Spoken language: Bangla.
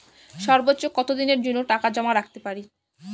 সর্বোচ্চ কত দিনের জন্য টাকা জমা রাখতে পারি?